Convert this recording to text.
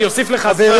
אני אוסיף לך זמן.